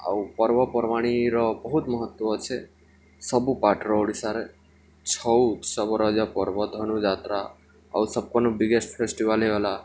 ଆଉ ପର୍ବପର୍ବାଣିର ବହୁତ ମହତ୍ତ୍ଵ ଅଛେ ସବୁ ପର୍ଟ୍ର ଓଡ଼ିଶାରେ ଛଉ ଉତ୍ସବ ରଜ ପର୍ବ ଧନୁଯାତ୍ରା ଆଉ ସବ୍କନୁ ବିଗେଷ୍ଟ୍ ଫେଷ୍ଟିଭାଲ୍ ହେଇଗଲା